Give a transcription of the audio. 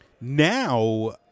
Now